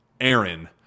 Aaron